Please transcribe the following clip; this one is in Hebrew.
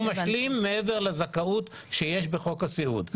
הוא משלים מעבר לזכאות שיש בחוק הסיעוד.